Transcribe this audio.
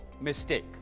mistake